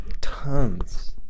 tons